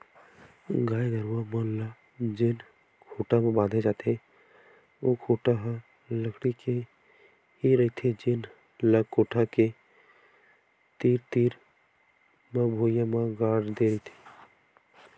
गाय गरूवा मन ल जेन खूटा म बांधे जाथे ओ खूटा ह लकड़ी के ही रहिथे जेन ल कोठा के तीर तीर म भुइयां म गाड़ दे रहिथे